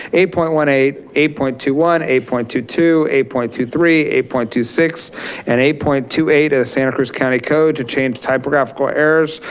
eight point one eight, eight point two one, eight point two two, eight point two three, eight point two six and eight point two eight of the santa cruz county code to change typographical errors,